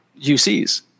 UCs